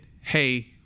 hey